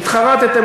התחרטתם,